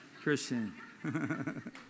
Christian